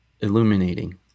illuminating